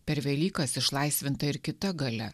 per velykas išlaisvinta ir kita galia